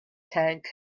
tank